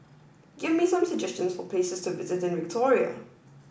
give me some suggestions for places to visit in Victoria